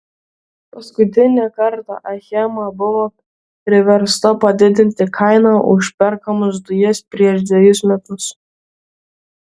paskutinį kartą achema buvo priversta padidinti kainą už perkamas dujas prieš dvejus metus